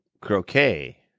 Croquet